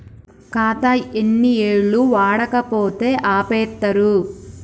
ఖాతా ఎన్ని ఏళ్లు వాడకపోతే ఆపేత్తరు?